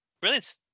Brilliant